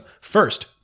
First